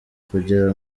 kugira